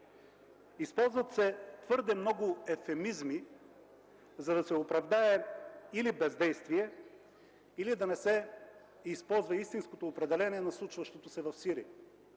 Използват се твърде много евфемизми, за да се оправдае или бездействие, или да не се използва истинското определение на случващото се в Сирия